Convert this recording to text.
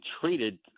treated